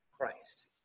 Christ